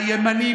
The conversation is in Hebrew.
הימנים,